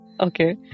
Okay